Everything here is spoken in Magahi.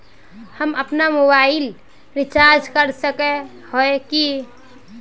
हम अपना मोबाईल रिचार्ज कर सकय हिये की?